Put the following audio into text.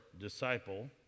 disciple